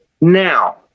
Now